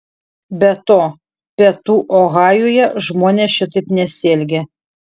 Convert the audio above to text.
be to pietų ohajuje žmonės šitaip nesielgia